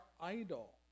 idle